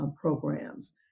programs